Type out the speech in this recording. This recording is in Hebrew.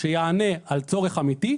שיענה על צורך אמיתי,